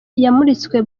yamuritswe